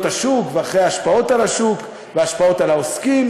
השוק ואחרי ההשפעות על השוק וההשפעות על העוסקים,